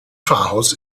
pfarrhaus